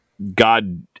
God